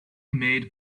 made